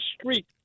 street